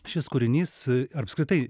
šis kūrinys apskritai